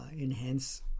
enhance